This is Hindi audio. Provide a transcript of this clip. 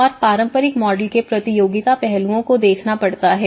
और पारंपरिक मॉडल के प्रतियोगिता पहलुओं को देखना पड़ता है